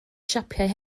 siapau